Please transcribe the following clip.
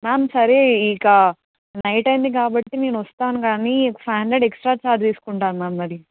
ma'am సరే ఇక night అయింది కాబట్టి నేను వస్తాను కానీ ఫైవ్ హండ్రెడ్ ఎక్స్ట్రా ఛార్జ్ తీసుకుంటాను మ్యామ్ మరి